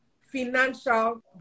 financial